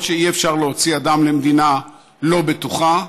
שאי-אפשר להוציא אדם למדינה לא בטוחה,